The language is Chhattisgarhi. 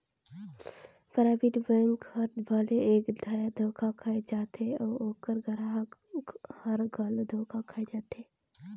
पराइबेट बेंक हर भले एक धाएर धोखा खाए जाथे अउ ओकर गराहक हर घलो धोखा खाए जाथे